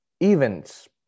Events